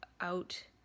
out